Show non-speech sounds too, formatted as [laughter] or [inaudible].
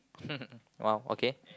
[laughs] !wow! okay